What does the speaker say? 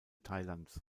thailands